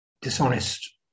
dishonest